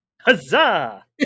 Huzzah